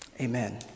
Amen